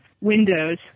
windows